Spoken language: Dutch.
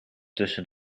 tussen